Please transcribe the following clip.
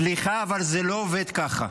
סליחה, אבל זה לא עובד ככה.